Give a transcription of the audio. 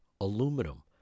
aluminum